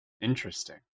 Interesting